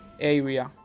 area